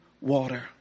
water